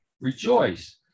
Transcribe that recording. rejoice